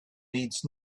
needs